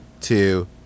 two